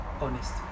honest